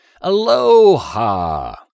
Aloha